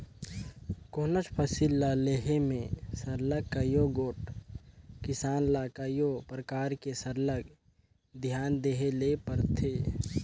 कोनोच फसिल ल लेहे में सरलग कइयो गोट किसान ल कइयो परकार ले सरलग धियान देहे ले परथे